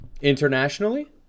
Internationally